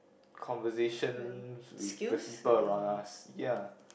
conversations with the people around us ya